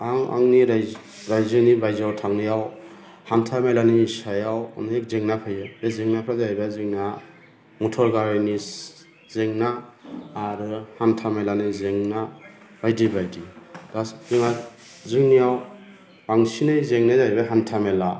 आं आंनि राय रायजोनि बायजोयाव थांनायाव हान्था मेलानि सायाव अनेख जेंना फैयो बें जेंनाफ्रा जाहैबाय जोंना मटर गारिनि जेंना आरो हान्था मेलानि जेंना बायदि बायदि जों जोंनिआव बांसिनै जेंनाय जाहैबाय हान्था मेला